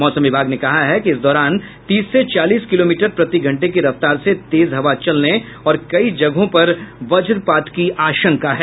मौसम विभाग ने कहा है कि इस दौरान तीस से चालीस किलोमीटर प्रति घंटे की रफ्तार से तेज हवा चलने और कई जगहों पर वज्रपात की आशंका है